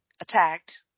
attacked